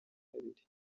kabiri